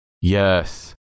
Yes